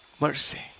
Mercy